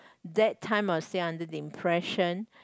that time I was still under the impression